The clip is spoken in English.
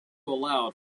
allowed